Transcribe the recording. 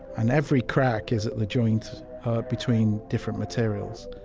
and every crack is at the joint between different materials.